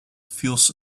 feels